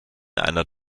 einer